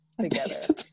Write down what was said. Together